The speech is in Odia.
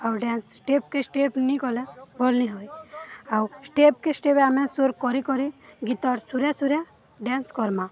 ଆଉ ଡ୍ୟାନ୍ସ ଷ୍ଟେପକେ ଷ୍ଟେପ୍ ନାଇଁ କଲେ ଭଲ୍ ନାଇଁ ହୁଏ ଆଉ ଷ୍ଟେପ୍କେ ଷ୍ଟେପ୍ ଆମେ ସ୍ୱର କରି କରି ଗୀତର୍ ସୁରେ ସୁରେ ଡ୍ୟାନ୍ସ କର୍ମା